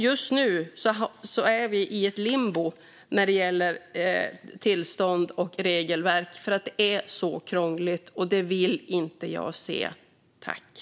Just nu är vi i limbo när det gäller tillstånd och regelverk för att det är så krångligt, och det vill jag inte se mer av.